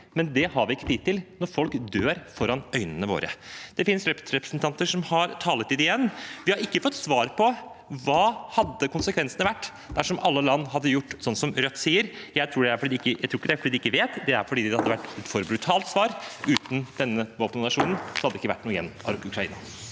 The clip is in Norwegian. men det har vi ikke tid til når folk dør foran øynene våre. Det finnes Rødt-representanter som har taletid igjen. Vi har ikke fått svar på: Hva hadde konsekvensene vært dersom alle land hadde gjort sånn som Rødt sier? Jeg tror ikke det er fordi de ikke vet svaret, men fordi det hadde vært et for brutalt svar. Uten denne våpendonasjonen hadde det ikke vært noe igjen av Ukraina.